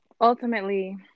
ultimately